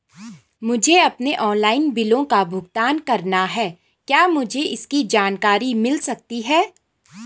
मुझे अपने ऑनलाइन बिलों का भुगतान करना है क्या मुझे इसकी जानकारी मिल सकती है?